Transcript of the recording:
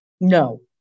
No